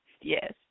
Yes